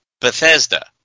Bethesda